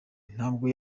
ntabwo